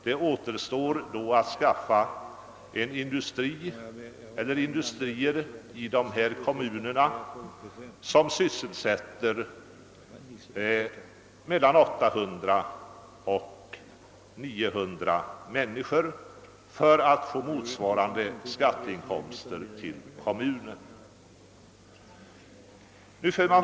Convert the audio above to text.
Det återstår då att till dessa kommuner skaffa en eller flera industrier som sysselsätter mellan 800 och 900 människor för att få motsvarande skatteinkomster till kommunerna.